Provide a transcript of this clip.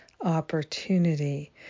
opportunity